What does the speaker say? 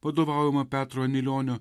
vadovaujama petro anilionio